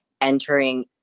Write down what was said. entering